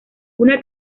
una